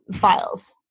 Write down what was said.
files